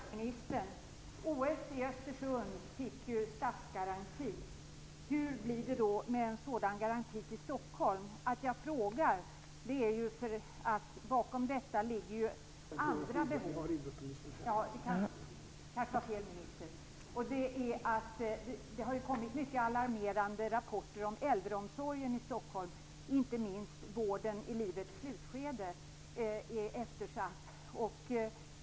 Fru talman! Jag har en fråga till statsministern. OS i Östersund fick statsgaranti. Hur blir det med en sådan garanti för OS i Stockholm? Orsaken till att jag frågar är att det finns andra behov. Jag kanske ställer min fråga till fel minister. Det har kommit mycket alarmerande rapporter om äldreomsorgen i Stockholm, inte minst är vården i livets slutskede eftersatt.